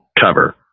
cover